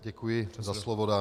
Děkuji za slovo.